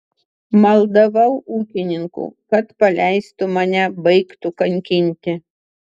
maldavau ūkininkų kad paleistų mane baigtų kankinti